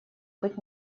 быть